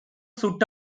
சுட்ட